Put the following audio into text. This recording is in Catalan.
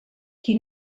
qui